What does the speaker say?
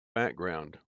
background